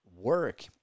work